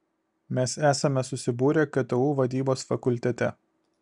mes esame susibūrę ktu vadybos fakultete